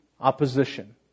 Opposition